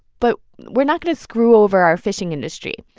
but we're not going to screw over our fishing industry.